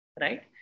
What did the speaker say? Right